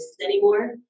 anymore